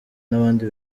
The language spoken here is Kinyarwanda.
n’abandi